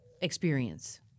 experience